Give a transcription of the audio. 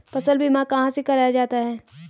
फसल बीमा कहाँ से कराया जाता है?